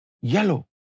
yellow